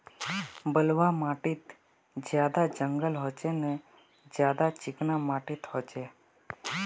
बलवाह माटित ज्यादा जंगल होचे ने ज्यादा चिकना माटित होचए?